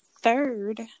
third